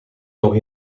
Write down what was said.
nog